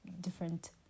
different